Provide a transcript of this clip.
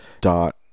dot